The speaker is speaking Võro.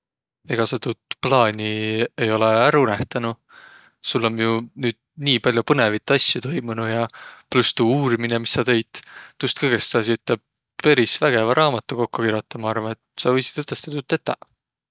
Ega saq tuud plaani ei olõq ärq unõhtanuq? Sul om jo nüüd nii pall'o põnõvit asjo toimunuq ja pluss tuu uurminõ, mis saq teit. Tuust kõgõst saasiq üte peris vägevä raamadu kokko kirotaq! Maq arva, et saq võisiq tuud tõtõstõ tetäq.